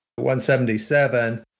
177